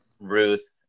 Ruth